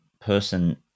person